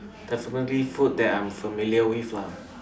definitely food that I'm familiar with lah